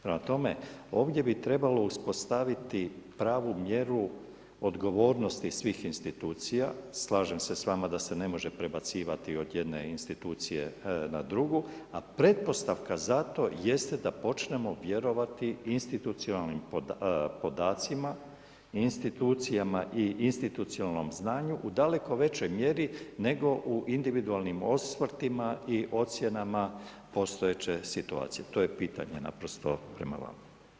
Prema tome, ovdje bi trebalo uspostaviti pravu mjeru odgovornosti svih institucijama, slažem se s vama da se ne može prebacivati od jedne institucije na drugu, a pretpostavka za to jeste da počnemo vjerovati institucionalnim podacima i institucijama i institucionalnom znanju u daleko većoj mjeri nego u individualnim osvrtima i ocjenama postojeće situacije, to je pitanje naprosto prema vama.